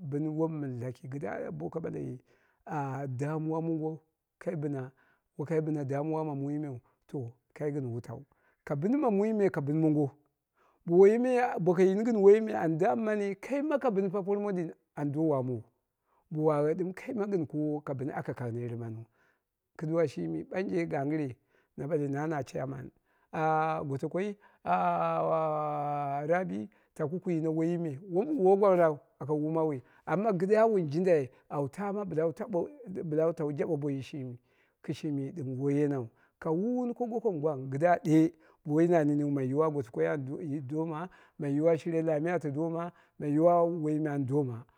bɨr wom laki kɨdda boko ɓale damuwa mongo kai bɨna wokai bɨna damuwa ma mui meu to kai gɨn wutau ka bɨni ma muime ka bɨn mongo bo woiyi me boka yini gɨn woiyi me kaima ka bɨni por mondin a do waamowo bo waghe ɗɨm kaima gɨn koowo ka bɨni aka ka nermaniu kɨduwa shimi ɓanje gan gɨre na na chairman gotokoi, rabi taku ku yino woiyi me wa wom woi gwang rau aka wuumawui amma kidda wun dindai awu taama bɨla tabe bɨlawu jabe boiyi shimi, shimi ɗɨm woi yenau. Ka wuuwuni ko gokom gwang kɨdda ɗe woi na niniw mondin gotokoi ata doma mai yiwa shira lami ata doma, mai yiwuwa woime an doma